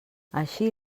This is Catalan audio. així